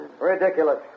Ridiculous